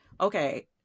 okay